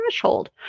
threshold